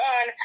on